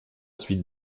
suite